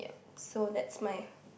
so that's my